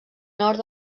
nord